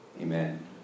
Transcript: amen